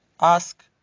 ask